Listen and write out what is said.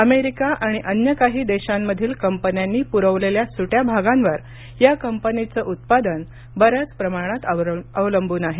America आणि अन्य काही देशांमधील कंपन्यांनी पुरवलेल्या सुट्या भागांवर या कंपनीचं उत्पादन बऱ्याच प्रमाणात अवलंबून आहे